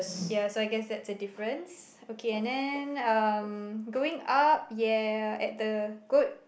ya so I guess that's the difference okay and then um going up ya at the goat